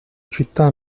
città